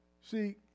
See